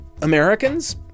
Americans